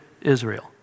Israel